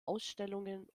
ausstellungen